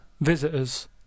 visitors